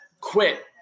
quit